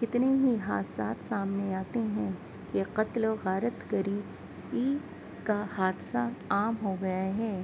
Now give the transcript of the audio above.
کتنے ہی حادثات سامنے آتے ہیں کہ قتل و غارت گری ای کا حادثہ عام ہوگیا ہے